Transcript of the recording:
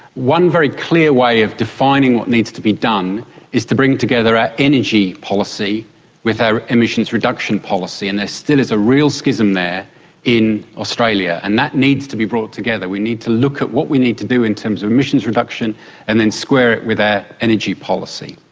one very clear way of defining what needs to be done is to bring together our energy policy with our emissions reduction policy, and there still is a real schism there in australia, and that needs to be brought together. we need to look at what we need to do in terms of emissions reduction and then square it with our energy policy.